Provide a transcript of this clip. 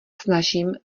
snažím